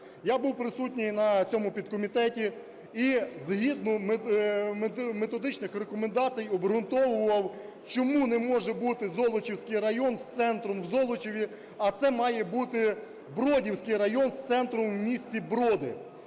Я був присутній на цьому підкомітеті, і згідно методичних рекомендацій обгрунтовував, чому не може бути Золочівський район з центром у Золочеві, а це має бути Бродівський район з центром у місті Броди.